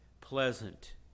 pleasant